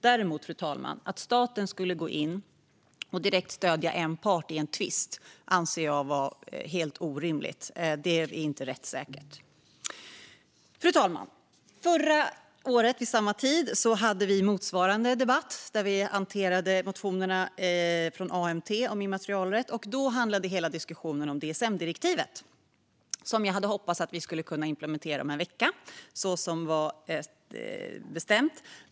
Däremot, fru talman, att staten skulle gå in och direkt stödja en part i en tvist anser jag vara helt orimligt, och det är inte rättssäkert. Fru talman! Vid samma tidpunkt förra året hade vi motsvarande debatt där vi hanterade motioner om immaterialrätt från AMT. Då handlade hela diskussionen om DSM-direktivet, som jag hade hoppats att vi skulle kunna implementera om en vecka så som var bestämt.